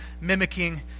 mimicking